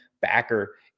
backer